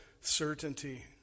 certainty